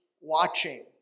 watching